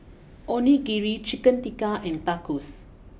Onigiri Chicken Tikka and Tacos